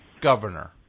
governor